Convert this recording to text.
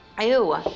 Ew